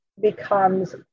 becomes